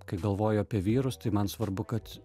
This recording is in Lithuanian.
kai galvoju apie vyrus tai man svarbu kad